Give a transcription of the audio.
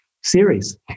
series